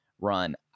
run